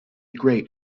great